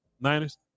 Niners